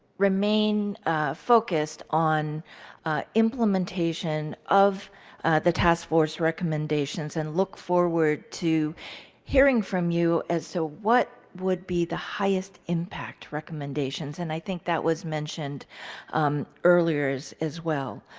remain focused on implementation of the task force recommendations and look forward to hearing from you as to so what would be the highest impact recommendations. and i think that was mentioned earlier as as well.